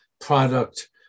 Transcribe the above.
product